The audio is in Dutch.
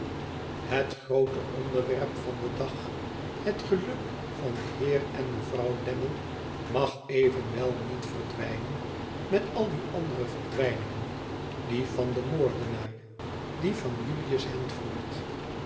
het groote onderwerp van den dag het geluk van den heer en mevrouw lammie mag evenwel niet verdwijnen met al die andere verdwijningen die van den moordenaar die van julius handford